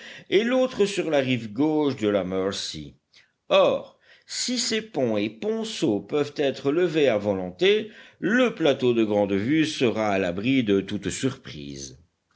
et l'autre sur la rive gauche de la mercy or si ces pont et ponceaux peuvent être levés à volonté le plateau de grande vue sera à l'abri de toute surprise